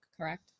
correct